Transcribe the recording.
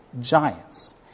giants